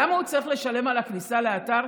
למה הוא צריך לשלם על הכניסה לאתר,